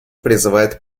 призывает